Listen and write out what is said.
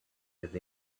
with